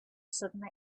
sudden